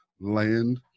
land